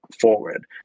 forward